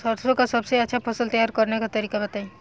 सरसों का सबसे अच्छा फसल तैयार करने का तरीका बताई